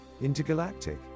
Intergalactic